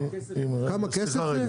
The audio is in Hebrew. כמה כסף זה?